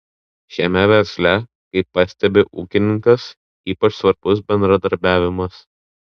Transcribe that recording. šiame versle kaip pastebi ūkininkas ypač svarbus bendradarbiavimas